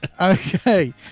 okay